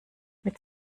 mit